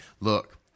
Look